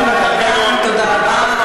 השר ארדן, תודה רבה.